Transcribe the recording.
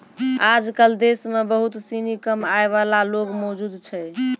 आजकल देश म बहुत सिनी कम आय वाला लोग मौजूद छै